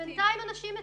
ובינתיים אנשים מתים.